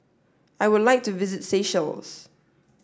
I would like to visit Seychelles